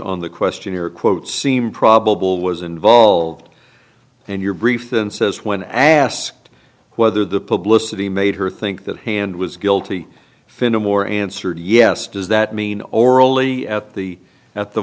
on the questionnaire quote seem probable was involved in your brief then says when asked whether the publicity made her think that hand was guilty finda more answered yes does that mean orally at the at the